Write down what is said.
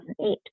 2008